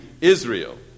Israel